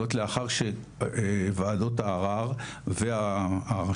זה לאחר וועדות הערער והרשות,